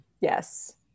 Yes